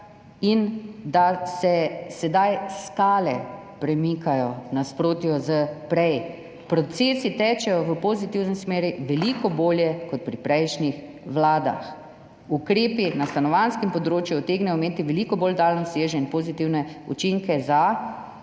in da se sedaj skale premikajo v nasprotju s prej. Procesi tečejo v pozitivni smeri, veliko bolje kot pri prejšnjih vladah. Ukrepi na stanovanjskem področju utegnejo imeti veliko bolj daljnosežne in pozitivne učinke za